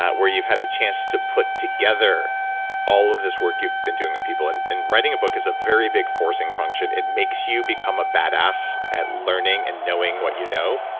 where you've had a chance to put together all of this work you've been doing with people, and and writing a book is a very big forcing function. it makes you become a badass at learning and knowing what you know.